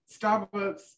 Starbucks